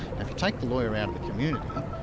now if you take the lawyer out of the community,